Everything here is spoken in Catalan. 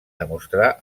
demostrar